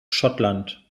schottland